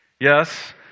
Yes